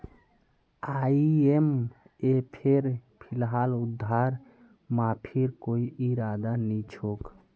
आईएमएफेर फिलहाल उधार माफीर कोई इरादा नी छोक